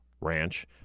ranch